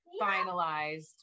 finalized